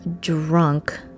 drunk